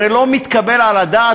הרי לא מתקבל על הדעת,